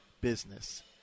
business